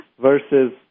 versus